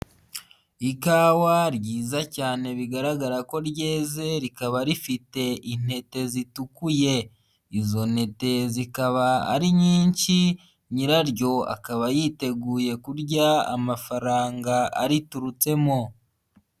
Ikawa ryiza cyane bigaragara ko ryeze rikaba rifite intete zitukuye, izo ntete zikaba ari nyinshi nyiraryo akaba yiteguye kurya amafaranga ariturutsemo.